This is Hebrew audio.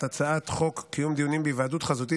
את הצעת חוק קיום דיונים בהיוועדות חזותית